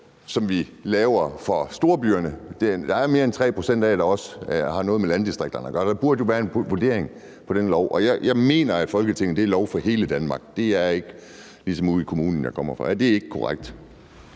som vi laver for storbyerne; der er mere end 3 pct. af det, der også har noget med landdistrikterne at gøre. Der burde jo foretages en vurdering af den lovgivning. Jeg mener, at Folketinget skal lave lovgivning for hele Danmark – det fungerer ikke ligesom ude i den kommune, jeg kommer fra. Er det ikke korrekt?